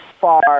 far